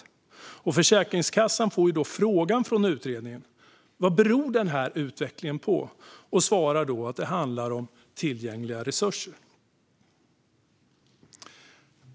Utredningen frågade Försäkringskassan vad denna utveckling beror på, och Försäkringskassan svarade att det handlar om tillgängliga resurser.